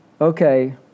Okay